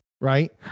right